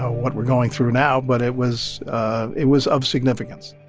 what we're going through now. but it was it was of significance